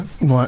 Ouais